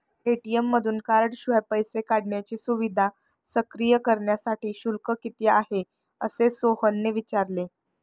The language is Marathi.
ए.टी.एम मधून कार्डशिवाय पैसे काढण्याची सुविधा सक्रिय करण्यासाठी शुल्क किती आहे, असे सोहनने विचारले